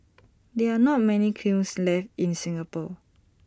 there are not many kilns left in Singapore